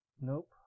Nope